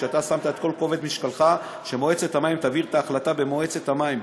אתה שמת את כל כובד משקלך כדי שמועצת המים תעביר את ההחלטה במועצת המים.